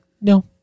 no